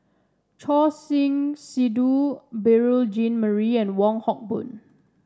Choor Singh Sidhu Beurel Jean Marie and Wong Hock Boon